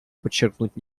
подчеркнуть